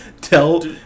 tell